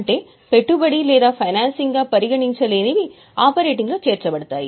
అంటే పెట్టుబడి లేదా ఫైనాన్సింగ్గా పరిగణించలేనివి ఆపరేటింగ్లో చేర్చబడతాయి